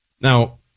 Now